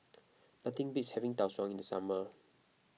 nothing beats having Tau Suan in the summer